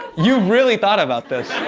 you really thought about this.